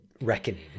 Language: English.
reckoning